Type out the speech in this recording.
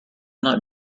not